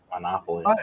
Monopoly